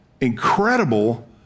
incredible